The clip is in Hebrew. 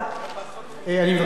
אני מבקש מהשרים,